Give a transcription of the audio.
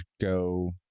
go